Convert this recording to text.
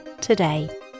today